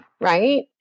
right